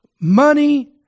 money